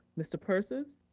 mr. persis.